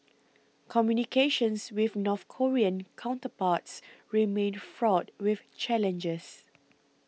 communications with North Korean counterparts remain fraught with challenges